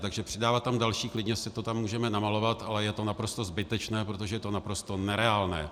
Takže přidávat tam další klidně si to tam můžeme namalovat, ale je to naprosto zbytečné, protože je to naprosto nereálné.